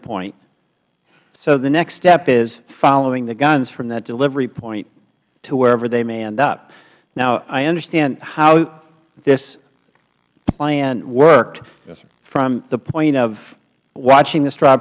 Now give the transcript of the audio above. point so the next step is following the guns from that delivery point to wherever they may end up now i understand how this plan worked from the point of watching the str